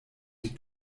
die